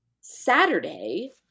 Saturday